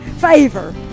Favor